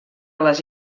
les